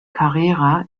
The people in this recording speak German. carrera